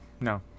No